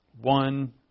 one